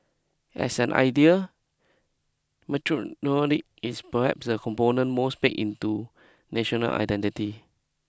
as an idea is perhaps the component most baked into national identity